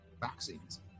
vaccines